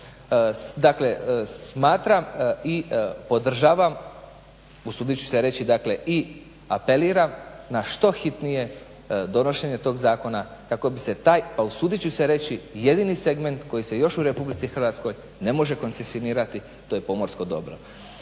Dakle, smatram i podržavam usudit ću se reći dakle i apeliram na što hitnije donošenje tog zakona kako bi se taj, pa usudit ću se reći, jedini segment koji se još u RH ne može koncesionirati to je pomorsko dobro.